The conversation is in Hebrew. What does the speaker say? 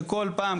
שכל פעם,